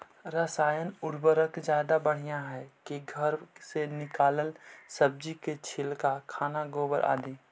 रासायन उर्वरक ज्यादा बढ़िया हैं कि घर से निकलल सब्जी के छिलका, खाना, गोबर, आदि?